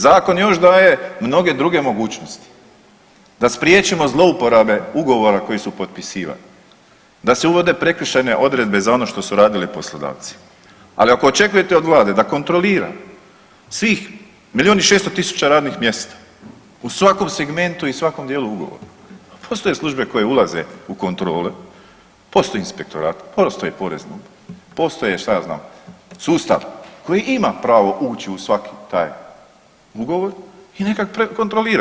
Zakon još daje mnoge druge mogućnosti da spriječimo zlouporabe ugovora koji su potpisivani, da se uvode prekršajne odredbe za ono što su radili poslodavci, ali ako očekujete od vlade da kontrolira svih milijun i 600 tisuća radnih mjesta u svakom segmentu i svakom dijelu ugovora, pa postoje službe koje ulaze u kontrole, postoji inspektorat, postoji porezna uprava, postoje, šta ja znam, sustav koji ima pravo ući u svaki taj ugovor i neka prekontrolira.